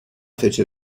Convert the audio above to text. fece